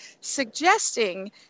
suggesting